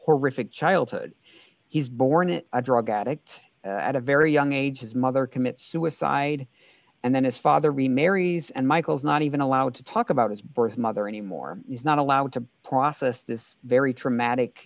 horrific childhood he's born in a drug addict at a very young age his mother commits suicide and then his father remarries and michael's not even allowed to talk about his birth mother anymore is not allowed to process this very traumatic